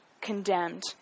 condemned